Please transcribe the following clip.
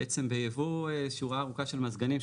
בעצם ביבוא של שורה ארוכה של מזגנים,